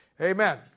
Amen